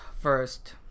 first